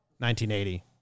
1980